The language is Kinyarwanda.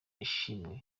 ishimwe